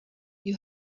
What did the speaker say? you